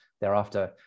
thereafter